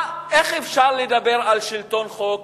איך אפשר לדבר על שלטון חוק,